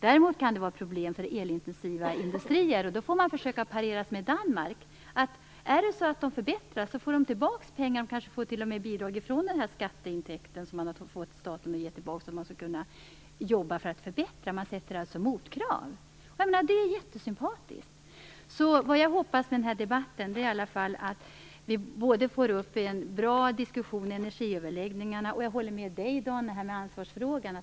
Däremot kan det vara problem för elintensiva industrier. Det får man försöka parera som i Danmark. Om de förbättrar sig får de tillbaka pengar och får kanske t.o.m. bidrag från skatteintäkten staten har fått. Man ställer alltså motkrav. Det är jättesympatiskt! Jag hoppas att vi av den här debatten får en bra diskussion i energiöverläggningarna. Jag håller med Dan Ericsson i ansvarsfrågan.